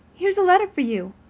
here's a letter for you.